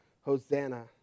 Hosanna